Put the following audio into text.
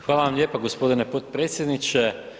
Hvala vam lijepa gospodine potpredsjedniče.